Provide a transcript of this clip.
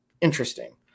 Interesting